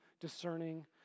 discerning